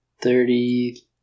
thirty